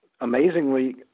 amazingly